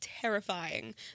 terrifying